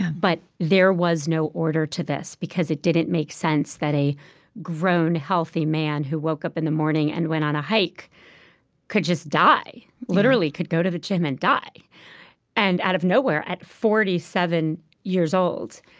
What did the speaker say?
but there was no order to this because it didn't make sense that a grown, healthy man who woke up in the morning and went on a hike could just die literally could go to the gym and die and out of nowhere at forty seven years old.